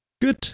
good